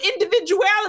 individuality